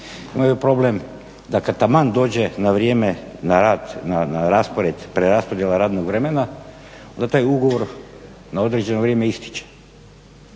imaju problem da kad taman da dođe na vrijeme na rad, na raspored preraspodjela radnog vremena da taj ugovor na određeno vrijeme ističe